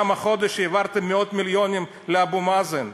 גם החודש העברתם מאות מיליונים לאבו מאזן,